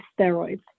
steroids